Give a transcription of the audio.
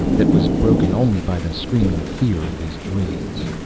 that was broken only by the screaming fear of his dreams.